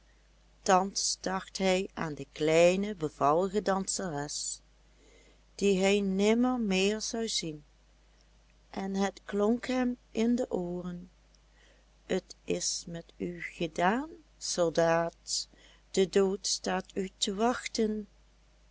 thans dacht hij aan de kleine bevallige danseres die hij nimmer meer zou zien en het klonk hem in de ooren t is met u gedaan soldaat de dood staat u te wachten